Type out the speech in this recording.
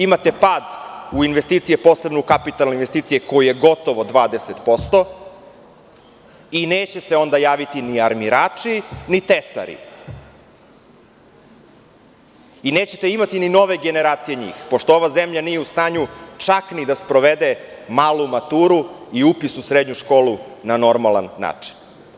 Imate pad u investicijama, posebno u kapitalnim investicijama koji je gotovo 20% i neće se onda javiti ni armirači ni tesari i nećete imati ni nove generacije njih, pošto ova zemlja nije u stanju čak ni da sprovede malu maturu i upis u srednju školu na normalan način.